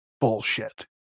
bullshit